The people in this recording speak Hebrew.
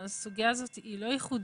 הסוגייה הזאת היא לא ייחודית.